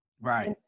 Right